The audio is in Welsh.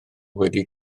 wedi